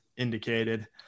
indicated